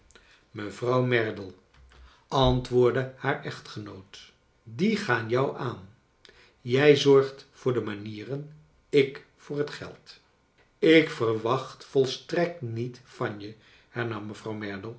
mevrouw merdle antwoordde haar echtgenoot die gaan jou aan jij zorgt voor de manieren ik voor het geld ik verwacht volstrekt niet van je hernam mevrouw